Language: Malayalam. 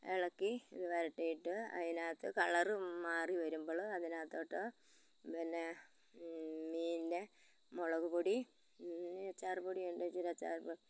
ഉളക്കി ഇത് വരട്ടിയിട്ട് അതിനകത്ത് കളര് മാറിവരുമ്പോള് അതിനകത്തോട്ട് പിന്നെ മീനിൻ്റെ മുളക് പൊടി അച്ചാറ് പൊടിയുണ്ടെങ്കിൽ അച്ചാറ് പൊ